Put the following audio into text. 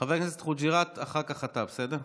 חבר הכנסת חוג'יראת, אחר כך אתה, בסדר?